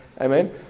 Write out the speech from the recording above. amen